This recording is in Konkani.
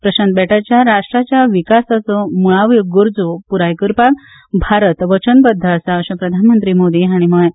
प्रशांत बेटच्या राष्ट्राच्या विकासाच्यो मुळाव्यो गरजो पुराय करपाक भारत वचनबद्ध आसा अशें प्रधानमंत्री नरेंद्र मोदी हांणी म्हळां